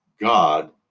God